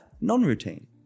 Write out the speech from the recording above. Non-routine